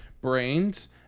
brains